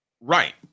right